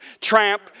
tramp